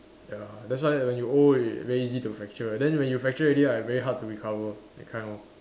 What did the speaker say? ya that's why when you old already very easy to fracture then when you fracture already right very hard to recover that kind lor